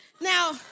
Now